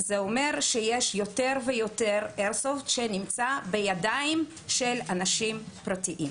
זה אומר שיש יותר ויותר איירסופט שנמצא בידיים של אנשים פרטיים.